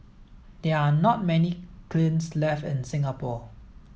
there are not many kilns left in Singapore